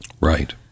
Right